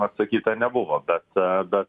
atsakyta nebuvo bet bet